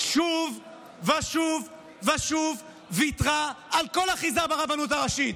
שוב ושוב ויתרה על כל אחיזה ברבנות הראשית,